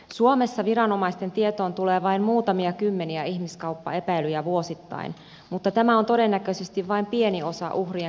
suomessa viranomaisten tietoon tulee vain muutamia kymmeniä ihmiskauppaepäilyjä vuosittain mutta tämä on todennäköisesti vain pieni osa uhrien kokonaismäärästä